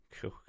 Cool